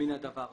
הדבר הזה.